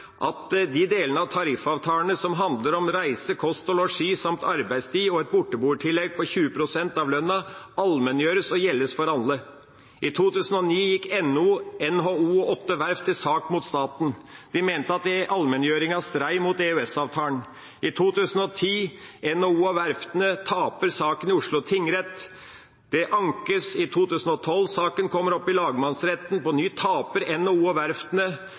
de delene av tariffavtalene som handler om reise, kost og losji samt arbeidstid og et borteboertillegg på 20 pst. av lønna, allmenngjøres og gjelde for alle. I 2009 gikk NHO og åtte verft til sak mot staten. De mente at allmenngjøringen stred mot EØS-avtalen. I 2010 taper NHO og verftene saken i Oslo tingrett. Det ankes i 2012. Saken kommer opp i lagmannsretten. På ny taper NHO og verftene.